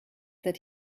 that